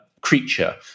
creature